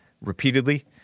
repeatedly